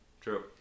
True